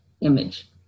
image